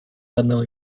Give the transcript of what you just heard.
данного